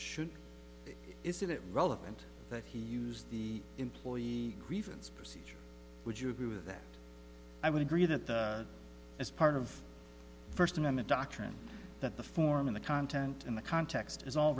should is it relevant that he use the employee grievance procedure would you agree with that i would agree that as part of the first amendment doctrine that the form of the content in the context is all